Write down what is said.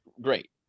great